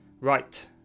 Right